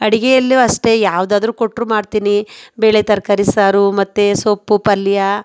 ಅಡುಗೆಯಲ್ಲೂ ಅಷ್ಟೇ ಯಾವುದಾದ್ರೂ ಕೊಟ್ರೂ ಮಾಡ್ತೀನಿ ಬೇಳೆ ತರಕಾರಿ ಸಾರು ಮತ್ತು ಸೊಪ್ಪು ಪಲ್ಯ